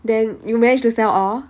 then you managed to sell all